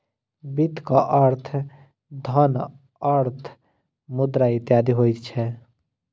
वित्तक अर्थ धन, अर्थ, मुद्रा इत्यादि होइत छै